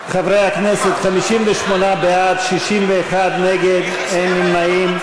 חברי הכנסת, 58 בעד, 61 נגד, אין נמנעים.